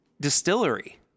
distillery